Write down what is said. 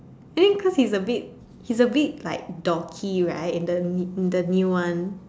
I think cause he's a bit he's a bit like dorky right in the in the new one